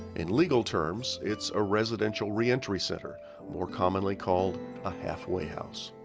in legal terms it's a residential re-entry center or commonly called a halfway house.